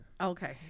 Okay